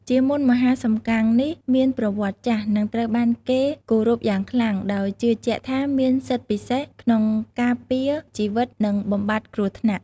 ជាមន្តមហាសំកាំងនេះមានប្រវត្តិចាស់ និងត្រូវបានគេគោរពយ៉ាងខ្លាំង ដោយជឿជាក់ថាមានសិទ្ធិពិសេសក្នុងការពារជីវិត និងបំបាត់គ្រោះថ្នាក់។